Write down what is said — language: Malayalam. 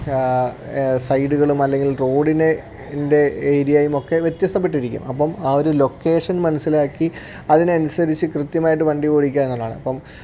സൈഡുകളും അല്ലെങ്കിൽ റോഡിൻ്റെ ഏരിയയും ഒക്കെ വ്യത്യസ്തപ്പെട്ടിരിക്കുന്നു അപ്പം ആ ഒരു ലൊക്കേഷൻ മനസ്സിലാക്കി അതിന് അനുസരിച്ച് കൃത്യമായിട്ട് വണ്ടി ഓടിക്കുക എന്നുള്ളതാണ് ഇപ്പം